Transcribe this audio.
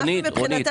רונית,